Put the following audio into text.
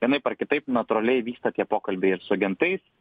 vienaip ar kitaip natūraliai vyksta tie pokalbiai ir su agentais